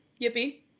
Yippee